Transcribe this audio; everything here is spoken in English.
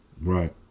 Right